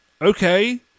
Okay